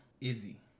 Izzy